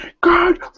God